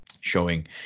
showing